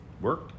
Work